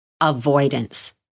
avoidance